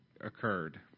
occurred